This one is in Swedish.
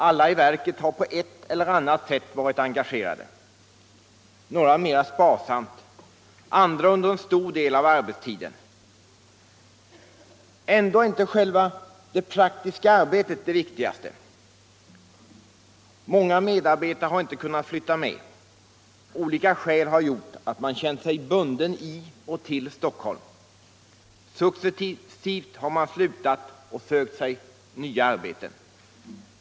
Alla i verket har på ett eller annat sätt varit engagerade, några mera sparsamt, andra under en stor del av arbetstiden. Ändå är inte själva det praktiska arbetet det viktigaste. Många medarbetare har inte kunnat flytta med. Olika skäl har gjort att man känt sig bunden i och till Stockholm. Successivt har man slutat och sökt sig nya arbeten.